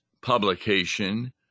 publication